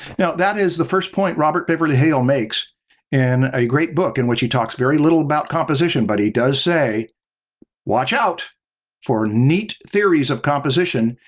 now that is the first point robert beverly hale makes in a great book, in which he talks very little about composition. but he does say watch out for neat theories of composition.